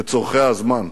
לצורכי הזמן,